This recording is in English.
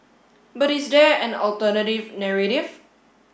but is there an alternative narrative